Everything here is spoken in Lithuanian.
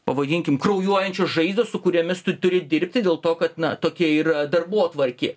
pavadinkim kraujuojančios žaizdos su kuriomis tu turi dirbti dėl to kad na tokia yra darbotvarkė